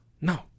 No